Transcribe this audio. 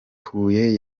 huye